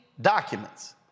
documents